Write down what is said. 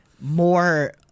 more